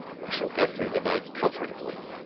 we shall get through the night comfortably.